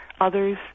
Others